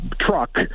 truck